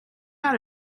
out